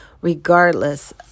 regardless